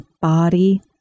body